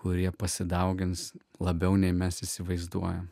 kurie pasidaugins labiau nei mes įsivaizduoja